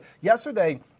Yesterday